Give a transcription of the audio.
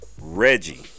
reggie